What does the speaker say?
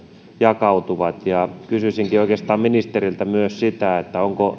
jakautuvat ja kysyisinkin oikeastaan ministeriltä onko